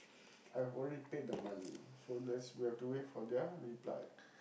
I've already paid the money so there's we have to wait for their reply